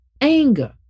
anger